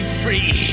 free